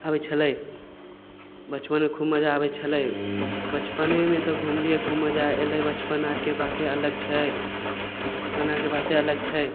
आबय छलै बचपनमे खूब मजा आबय छलै बचपनेमे तऽ घुमलियै खूब मजा अयलइ बचपन आरके बाते अलग छै बचपन आरके बाते अलग छै